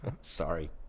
Sorry